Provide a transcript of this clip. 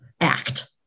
act